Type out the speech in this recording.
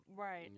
Right